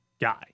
guy